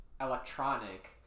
electronic